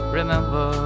remember